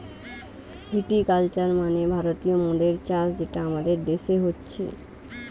ভিটি culture মানে ভারতীয় মদের চাষ যেটা আমাদের দেশে হচ্ছে